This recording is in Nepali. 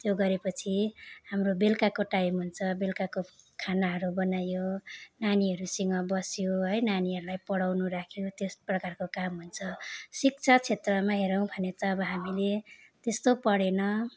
त्यो गरेपछि हाम्रो बेलुकाको टाइम हुन्छ बेलुकाको खानाहरू बनायो नानीहरूसँग बस्यो है नानीहरूलाई पढाउनु राख्यो त्यस प्रकारको काम हुन्छ शिक्षा क्षेत्रमा हेरौँ भने त अब हामीले त्यस्तो पढेन